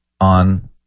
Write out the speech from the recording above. on